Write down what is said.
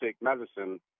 medicine